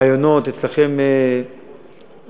מהראיונות אצלכם במפלגה,